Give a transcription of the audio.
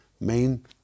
main